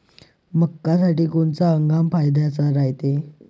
मक्क्यासाठी कोनचा हंगाम फायद्याचा रायते?